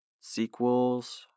sequels